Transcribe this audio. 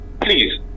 please